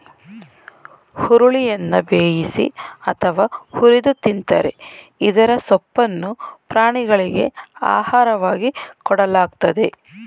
ಹುರುಳಿಯನ್ನ ಬೇಯಿಸಿ ಅಥವಾ ಹುರಿದು ತಿಂತರೆ ಇದರ ಸೊಪ್ಪನ್ನು ಪ್ರಾಣಿಗಳಿಗೆ ಆಹಾರವಾಗಿ ಕೊಡಲಾಗ್ತದೆ